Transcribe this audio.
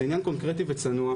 זה עניין קונקרטי וצנוע,